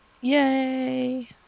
Yay